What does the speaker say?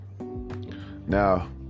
Now